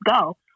go